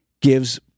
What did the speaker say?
gives